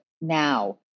now